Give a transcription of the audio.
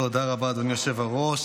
תודה רבה, אדוני היושב-ראש.